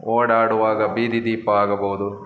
ಓಡಾಡುವಾಗ ಬೀದಿ ದೀಪ ಆಗ್ಬೋದು